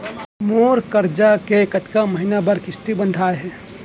मोर करजा के कतका महीना बर किस्ती बंधाये हे?